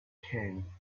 king